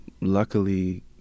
luckily